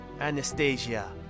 Anastasia